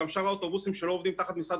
גם שאר האוטובוסים שלא עובדים תחת משרד